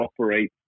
operate